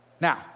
Now